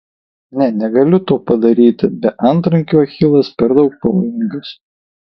ne negaliu to padaryti be antrankių achilas per daug pavojingas